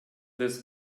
this